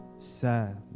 sad